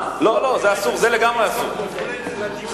זה לגמרי אסור,